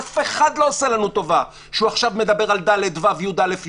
אף אחד לא עושה לנו טובה שהוא עכשיו מדבר על ה'-ו' ו-י"א,